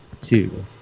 two